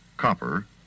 copper